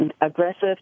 aggressive